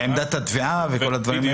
ועמדת התביעה וכל הדברים האלה.